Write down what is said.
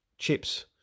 Chips